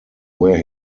where